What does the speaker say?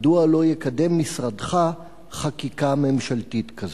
מדוע לא יקדם משרדך חקיקה ממשלתית כזאת?